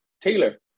Taylor